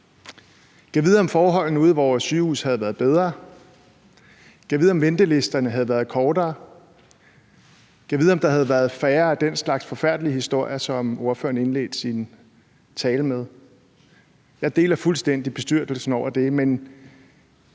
Gad vide, om forholdene ude på vores sygehuse havde været bedre, gad vide, om ventelisterne havde været kortere, gad vide, om der havde været færre af den slags forfærdelige historier, som ordføreren indledte sin tale med. Jeg deler fuldstændig bestyrtelsen over det, men